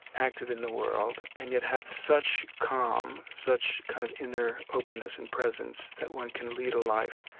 active in the world, and yet have such calm, such kind of inner openness and presence that one can lead a life,